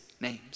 name's